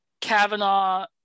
Kavanaugh